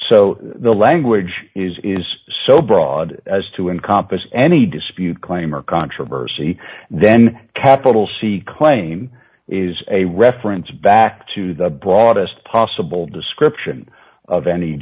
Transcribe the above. so the language is so broad as to encompass any dispute claim or controversy then capital c claim is a reference back to the broadest possible description of any